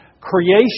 Creation